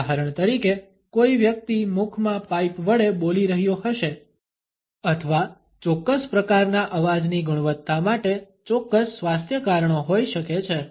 ઉદાહરણ તરીકે કોઈ વ્યક્તિ મુખમાં પાઈપ વડે બોલી રહ્યો હશે અથવા ચોક્કસ પ્રકારના અવાજની ગુણવત્તા માટે ચોક્કસ સ્વાસ્થ્ય કારણો હોઈ શકે છે